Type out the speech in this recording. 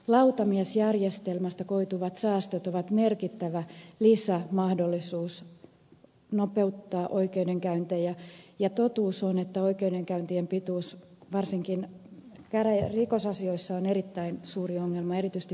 lautamiesjärjestelmästä koituvat säästöt ovat merkittävä lisämahdollisuus nopeuttaa oikeudenkäyntejä ja totuus on että oikeudenkäyntien pituus varsinkin rikosasioissa on erittäin suuri ongelma erityisesti pääkaupunkiseudulla